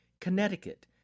Connecticut